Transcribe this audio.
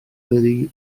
lili